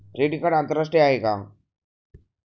Credit card आंतरराष्ट्रीय आहे का?